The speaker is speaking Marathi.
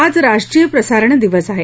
आज राष्ट्रीय प्रसारण दिवस आहे